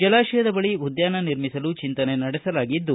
ಜಲಾಶಯದ ಬಳಿ ಉದ್ದಾನ ನಿರ್ಮಿಸಲು ಚಿಂತನೆ ನಡೆಸಲಾಗಿದ್ದು